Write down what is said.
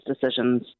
decisions